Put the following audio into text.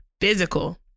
physical